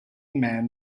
man